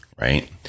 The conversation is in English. Right